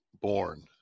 born